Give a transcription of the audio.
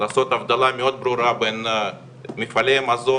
לעשות הבדלה מאוד ברורה בין מפעלי מזון